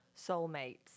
soulmates